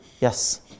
Yes